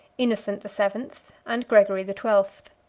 innocent the seventh, and gregory the twelfth.